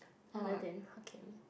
other than hokkien mee